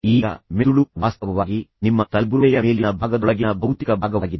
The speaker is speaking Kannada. ಈಗ ಮೆದುಳು ವಾಸ್ತವವಾಗಿ ನಿಮ್ಮ ತಲೆಬುರುಡೆಯ ಮೇಲಿನ ಭಾಗದೊಳಗಿನ ಭೌತಿಕ ಭಾಗವಾಗಿದೆ